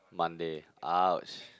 Monday !ouch!